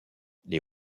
les